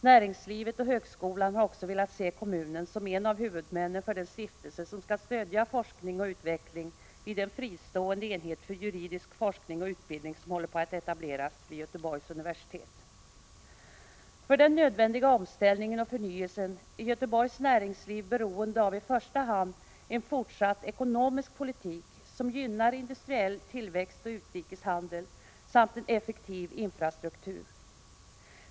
Näringslivet och högskolan har också velat se kommunen som en av huvudmännen för den stiftelse som skall stödja forskning och utveckling vid den fristående enhet för juridisk forskning och utbildning som håller på att etableras vid Göteborgs universitet. För den nödvändiga omställningen och förnyelsen är Göteborgs näringsliv beroende av i första hand en fortsatt ekonomisk politik som gynnar industriell tillväxt och utrikeshandel samt en effektiv infrastruktur.